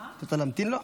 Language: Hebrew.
את רוצה להמתין לו?